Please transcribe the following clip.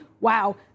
wow